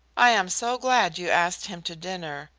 i am so glad you asked him to dinner.